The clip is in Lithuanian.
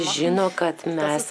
žino kad mes